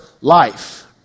life